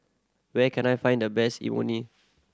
where can I find the best Imoni